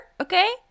Okay